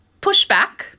pushback